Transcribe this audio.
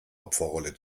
opferrolle